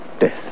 death